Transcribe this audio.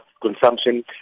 consumption